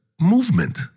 movement